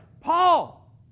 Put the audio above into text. Paul